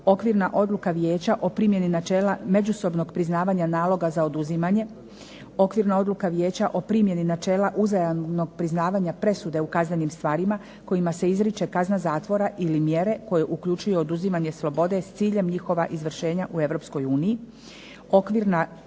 Okvirna odluka Vijeća o primjeni načela međusobnog priznavanja naloga za oduzimanje, Okvirna odluka Vijeća o primjeni načela uzajamnog priznavanja presude u kaznenim stvarima kojima se izriče kazna zatvora ili mjere koje uključuje oduzimanje slobode s ciljem njihova izvršenja u